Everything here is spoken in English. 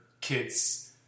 kids